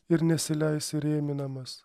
ir nesileis įrėminamas